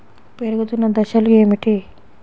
పెరుగుతున్న దశలు ఏమిటి?